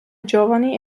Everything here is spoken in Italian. giovani